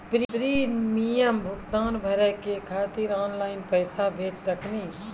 Premium भुगतान भरे के खातिर ऑनलाइन पैसा भेज सकनी?